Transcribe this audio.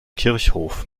kirchhof